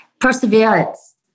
Perseverance